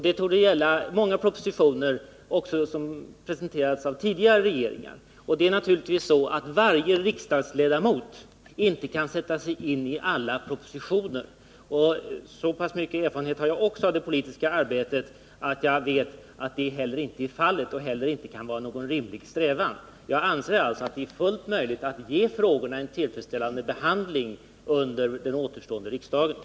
Det torde gälla också många propositioner som presenterades av tidigare regeringar. Det är naturligtvis så att inte varje riksdagsledamot kan sätta sig in i alla propositioner. Så pass mycket erfarenhet har jag också av det politiska arbetet att jag vet att det inte heller är fallet eller kan vara någon rimlig strävan. Jag anser alltså att det är fullt möjligt att ge frågorna en tillfredsställande behandling under den återstående delen av riksmötet.